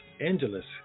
Angeles